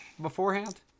beforehand